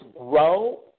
grow